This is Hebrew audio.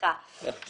אז